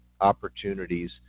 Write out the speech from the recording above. opportunities